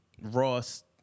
Ross